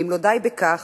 ואם לא די בכך,